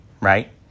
Right